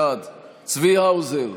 בעד צבי האוזר,